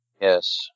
Yes